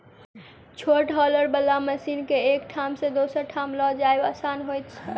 छोट हौलर बला मशीन के एक ठाम सॅ दोसर ठाम ल जायब आसान होइत छै